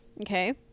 Okay